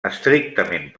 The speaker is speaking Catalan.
estrictament